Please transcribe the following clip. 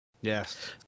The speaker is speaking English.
Yes